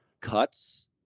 cuts